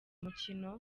mukino